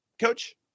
coach